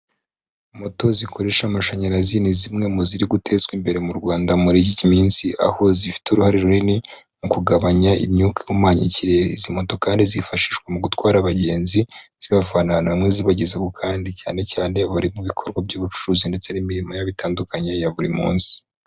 Moto zikoresha amashanyarazi, ni zimwe mu ziri gutezwa imbere mu Rwanda muri iki minsi, aho zifite uruhare runini mu kugabanya imyuka ihumanya ikirere. Izi moto kandi zifashishwa mu gutwara abagenzi, zibavana ahantu hamwe zibagezaho ahandi cyane cyane abari mu bikorwa by'ubucuruzi ndetse n'imirimo yabo bitandukanye ya buri munsi.